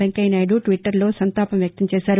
వెంకయ్య నాయుడు ట్విట్టర్లో సంతాపం వ్యక్తం చేశారు